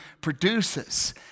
produces